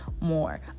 more